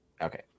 Okay